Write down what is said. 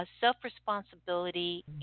self-responsibility